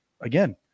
again